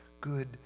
good